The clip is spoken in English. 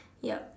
yup